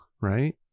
right